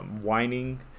whining